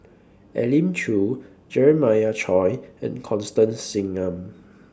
Elim Chew Jeremiah Choy and Constance Singam